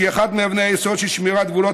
שהיא אחת מאבני היסוד של שמירת גבולות